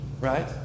Right